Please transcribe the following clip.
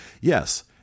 Yes